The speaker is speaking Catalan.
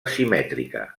simètrica